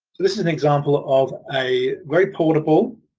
this is an example of a very portable,